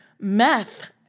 meth